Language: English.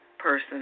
person